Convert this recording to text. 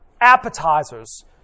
appetizers